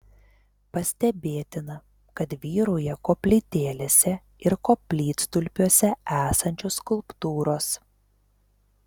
pastebėtina kad vyrauja koplytėlėse ir koplytstulpiuose esančios skulptūros